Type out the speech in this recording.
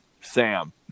Sam